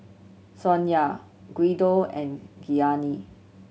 Sonya Guido and Gianni